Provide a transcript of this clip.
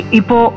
ipo